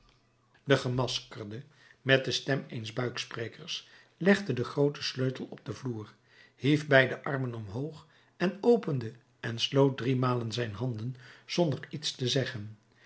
de gemaskerde met de stem eens buiksprekers legde den grooten sleutel op den vloer hief beide armen omhoog en opende en sloot driemalen zijn handen zonder iets te zeggen